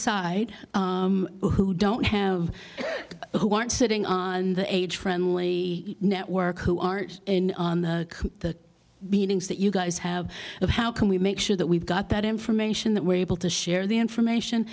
side who don't have who aren't sitting on the age friendly network who art in the meetings that you guys have of how can we make sure that we've got that information that we're able to share the information